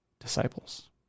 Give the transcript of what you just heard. disciples